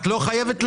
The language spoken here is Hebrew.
את לא חייבת להגיב,